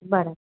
બરાબર